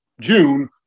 June